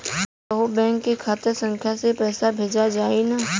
कौन्हू बैंक के खाता संख्या से पैसा भेजा जाई न?